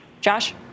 Josh